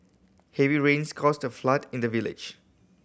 heavy rains caused a flood in the village